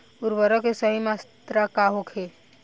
उर्वरक के सही मात्रा का होखे?